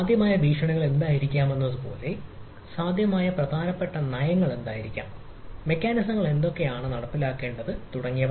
സാധ്യമായ ഭീഷണികൾ എന്തായിരിക്കാമെന്നത് പോലെ സാധ്യമായ പ്രധാനപ്പെട്ട നയങ്ങൾ എന്തായിരിക്കാം മെക്കാനിസങ്ങൾ എന്തൊക്കെയാണ് നടപ്പാക്കേണ്ടത് തുടങ്ങിയവ